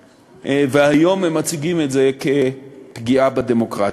והיום הם מציגים את זה כפגיעה בדמוקרטיה.